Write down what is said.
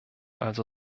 also